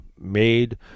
made